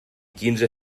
quinze